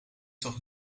toch